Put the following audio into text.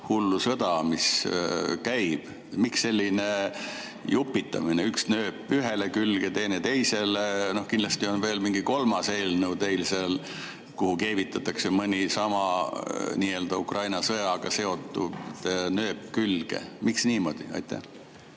hullu sõda, mis käib. Miks selline jupitamine – üks nööp ühele külge, teine teisele? Kindlasti on veel mingi kolmas eelnõu teil seal, kuhu keevitatakse mõni sama Ukraina sõjaga seotud nööp külge. Miks niimoodi? Hea